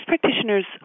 practitioners